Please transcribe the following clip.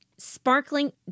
Sparkling